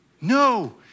No